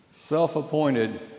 Self-appointed